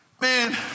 man